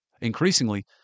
Increasingly